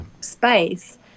space